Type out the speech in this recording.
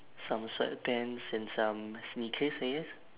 some sweatpants and some sneakers I guess